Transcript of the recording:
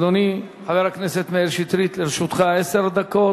אדוני חבר הכנסת מאיר שטרית, לרשותך עשר דקות.